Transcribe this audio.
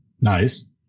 Nice